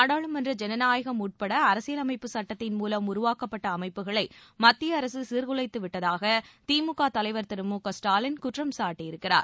நாடாளுமன்ற ஜனநாயகம் உட்பட அரசியலமைப்பு சுட்டத்தின் மூலம் உருவாக்கப்பட்ட அமைப்புக்களை மத்திய அரசு சீர்குலைத்துவிட்டதாக திமுக தலைவர் மு க ஸ்டாலின் குற்றம் சாட்டியிருக்கிறார்